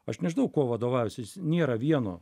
aš nežinau kuo vadovaujasi nėra vieno